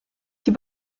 die